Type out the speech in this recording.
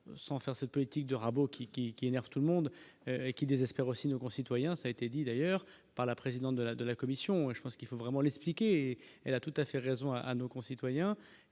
sans faire cette politique de rabot qui qui qui énerve tout le monde qui désespère aussi nos concitoyens, ça a été dit d'ailleurs par la présidente de la de la commission, je pense qu'il faut vraiment l'expliquer, elle a tout à fait raison à nos concitoyens,